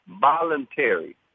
voluntary